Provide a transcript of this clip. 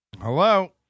Hello